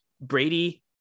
Brady